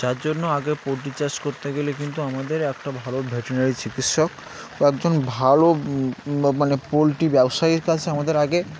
যার জন্য আগে পোলট্রি চাষ করতে গেলে কিন্তু আমাদের একটা ভালো ভেটেরেনারি চিকিৎসক ও একজন ভালো মানে পোলট্রি ব্যবসায় কাছে আমাদের আগে